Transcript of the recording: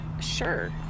sure